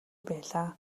байлаа